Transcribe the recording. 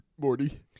Morty